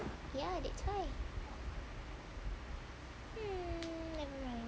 ya that's why